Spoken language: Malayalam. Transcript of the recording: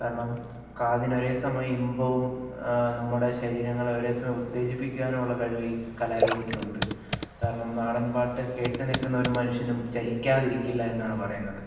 കാരണം കാതിന് ഒരേസമയം ഇമ്പവും നമ്മുടെ ശരീരങ്ങളെ ഒരേ സമയം ഉത്തേജിപ്പിക്കാനുള്ള കഴിവ് ഈ കലാരൂപത്തിനുണ്ട് കാരണം നാടൻപാട്ട് കേട്ട് നിൽക്കുന്ന ഒരു മനുഷ്യനും ചലിക്കാതിരിക്കില്ല എന്നാണ് പറയുന്നത്